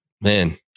Man